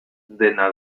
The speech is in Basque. dena